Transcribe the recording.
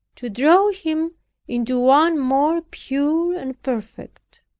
to draw him into one more pure and perfect.